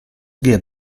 give